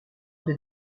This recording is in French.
des